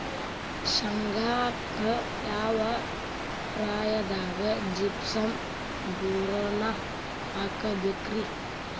ಶೇಂಗಾಕ್ಕ ಯಾವ ಪ್ರಾಯದಾಗ ಜಿಪ್ಸಂ ಬೋರಾನ್ ಹಾಕಬೇಕ ರಿ?